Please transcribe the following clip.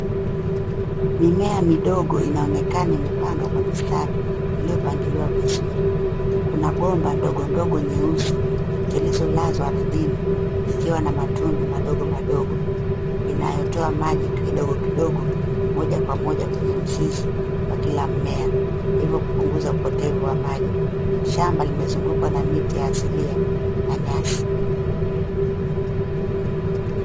Mimea midogo inaonekana imepandwa kwa mistari iliyopangwa vizuri. Kuna bomba ndogondogo nyeusi zilizolazwa ardhini zikiwa na matundu madogo madogo inayotoa maji kidogokidogo, moja kwa moja kwenye mzizi wa kila mmea hivyo kupunguza upotevu wa maji. Shamba limezungukwa na miti ya asilia na nyasi.